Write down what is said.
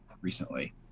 recently